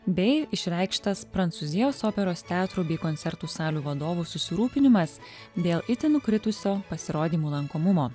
bei išreikštas prancūzijos operos teatrų bei koncertų salių vadovų susirūpinimas dėl itin nukritusio pasirodymų lankomumo